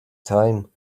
time